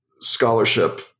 scholarship